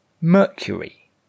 Mercury